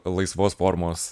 laisvos formos